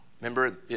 Remember